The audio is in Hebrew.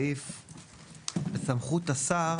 בסמכות השר,